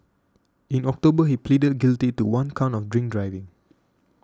in October he pleaded guilty to one count of drink driving